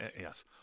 yes